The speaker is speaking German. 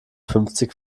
fünfzig